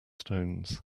stones